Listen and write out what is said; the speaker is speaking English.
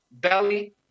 Belly